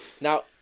Now